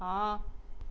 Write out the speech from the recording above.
ਹਾਂ